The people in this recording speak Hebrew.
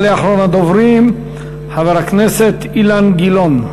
יעלה אחרון הדוברים, חבר הכנסת אילן גילאון.